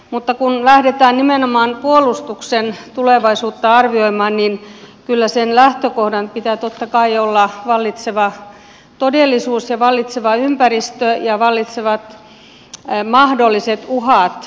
mutta kun lähdetään nimenomaan puolustuksen tulevaisuutta arvioimaan niin kyllä sen lähtökohdan pitää totta kai olla vallitseva todellisuus ja vallitseva ympäristö ja vallitsevat mahdolliset uhat